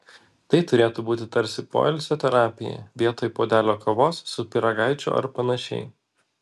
tai turėtų būti tarsi poilsio terapija vietoj puodelio kavos su pyragaičiu ar panašiai